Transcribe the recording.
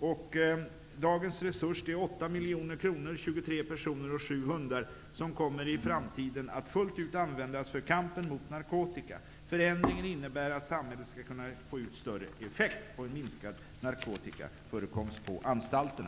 Sammanfattningsvis sägs att dagens resurs, som är 8 miljoner kronor, 23 personer och 7 hundar, också i framtiden kommer att fullt ut användas i kampen mot narkotika. Förändringen innebär att samhället skall kunna få ut större effekt av resurserna och minskad narkotikaförekomst på anstalterna.